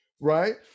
right